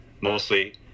mostly